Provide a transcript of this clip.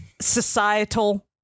societal